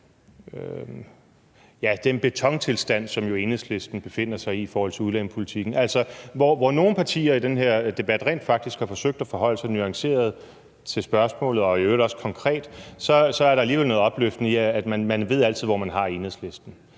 bekræfte den betontilstand, som Enhedslisten jo befinder sig i i forhold til udlændingepolitikken. Altså, hvor nogle partier i den her debat rent faktisk har forsøgt at forholde sig nuanceret til spørgsmålet, og i øvrigt også konkret, så er der alligevel noget opløftende i, at man altid ved, hvor man har Enhedslisten: